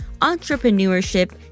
entrepreneurship